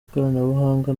ikoranabuhanga